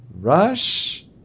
Rush